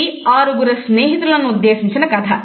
ఇది ఆరుగురు స్నేహితులను ఉద్దేశించిన కథ